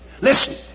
Listen